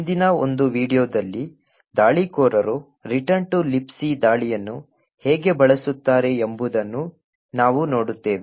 ಹಿಂದಿನ ಒಂದು ವೀಡಿಯೋದಲ್ಲಿ ದಾಳಿಕೋರರು ರಿಟರ್ನ್ ಟು ಲಿಬಿಸಿ ದಾಳಿಯನ್ನು ಹೇಗೆ ಬಳಸುತ್ತಾರೆ ಎಂಬುದನ್ನು ನಾವು ನೋಡುತ್ತೇವೆ